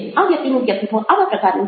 આ વ્યક્તિનું વ્યક્તિત્વ આવા પ્રકારનું છે